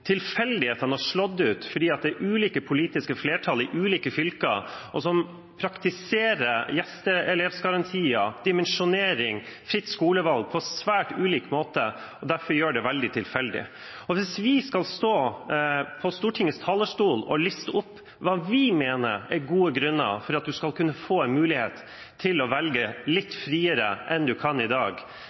tilfeldighetene har slått ut fordi det er ulike politiske flertall i ulike fylker, som praktiserer gjesteelevsgarantier, dimensjonering og fritt skolevalg på svært ulik måte, og derfor gjør det veldig tilfeldig. Hvis vi skal stå på Stortingets talerstol og liste opp hva vi mener er gode grunner for at man skal kunne få mulighet til å velge litt friere enn man kan i dag